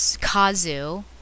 Kazu